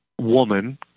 woman